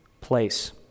place